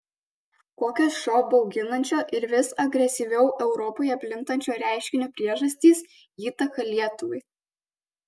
kokios šio bauginančio ir vis agresyviau europoje plintančio reiškinio priežastys įtaka lietuvai